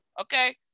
Okay